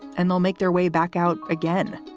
and they'll make their way back out again.